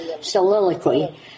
soliloquy